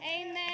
Amen